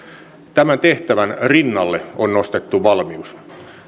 tämän tehtävän rinnalle on nostettu valmius